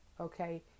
Okay